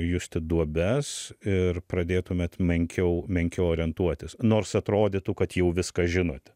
justi duobes ir pradėtumėt menkiau menkiau orientuotis nors atrodytų kad jau viską žinote